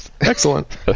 excellent